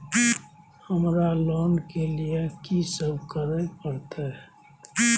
हमरा लोन के लिए की सब करे परतै?